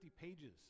pages